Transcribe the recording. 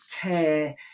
care